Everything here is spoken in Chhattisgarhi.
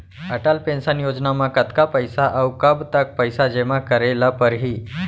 अटल पेंशन योजना म कतका पइसा, अऊ कब तक पइसा जेमा करे ल परही?